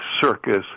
circus